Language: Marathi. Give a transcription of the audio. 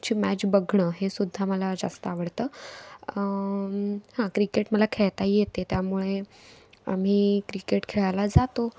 ची मॅच बघणं हेसुद्धा मला जास्त आवडतं हं क्रिकेट मला खेळता येते त्यामुळे आम्ही क्रिकेट खेळायला जातो